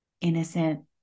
innocent